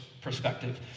perspective